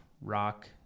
rock